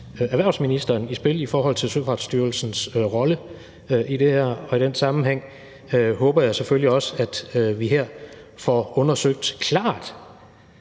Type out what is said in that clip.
erhvervsministeren i spil i forhold til Søfartsstyrelsens rolle i det her, og i den sammenhæng håber jeg selvfølgelig også, at vi her klart får undersøgt,